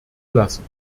lassen